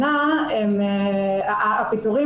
הפיטורים,